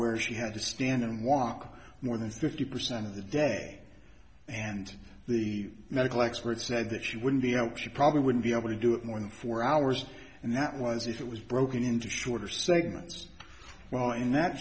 where she had to stand and walk more than fifty percent of the day and the medical experts said that she wouldn't be out she probably wouldn't be able to do it more than four hours and that was if it was broken into shorter segments while in that